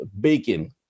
bacon